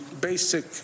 basic